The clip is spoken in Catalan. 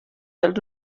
dels